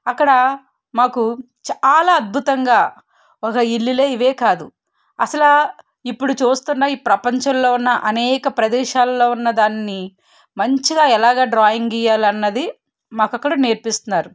అక్కడ మాకు చాలా అద్భుతంగా ఒక ఇళ్ళులే ఇవే కాదు అసలు ఆ ఇప్పుడు చూస్తున్న ఈ ప్రపంచంలో ఉన్న అనేక ప్రదేశాల్లో ఉన్న దాన్ని మంచిగా ఎలాగా డ్రాయింగ్ గీయలి అన్నది మాకు అక్కడ నేర్పిస్తున్నారు